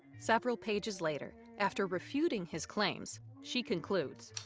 several pages later, after refuting his claims, she concludes.